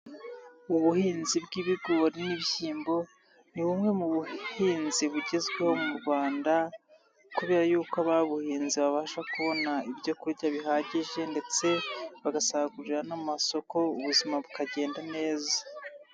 Ubuhinzi bw'ibigori n'ibibyimbo, ni bumwe mu buhinzi bugezweho mu Rwanda kubera yuko ababuhinze babasha kubona ibyokurya bihagije ndetse bagasagurira n'amasoko ubuzima bukagenda neza.